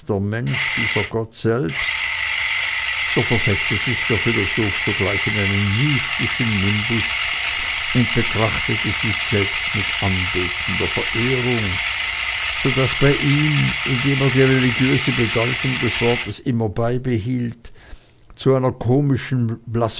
der mensch dieser gott selbst so versetzte sich der philosoph sogleich in einen mystischen nimbus und betrachtete sich selbst mit anbetender verehrung so daß bei ihm indem er die religiöse bedeutung des wortes immer beibehielt zu einer komischen